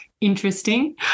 interesting